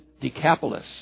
Decapolis